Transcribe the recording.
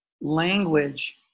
language